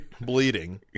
Bleeding